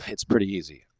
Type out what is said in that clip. it's pretty easy.